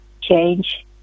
change